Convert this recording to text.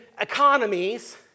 economies